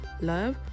love